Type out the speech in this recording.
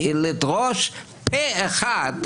שלדרוש פה אחד,